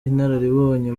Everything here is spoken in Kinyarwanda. inararibonye